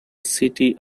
city